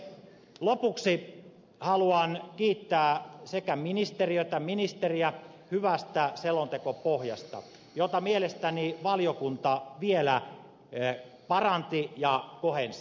lopuksi haluan kiittää sekä ministeriötä että ministeriä hyvästä selontekopohjasta jota mielestäni valiokunta vielä paransi ja kohensi